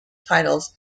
titles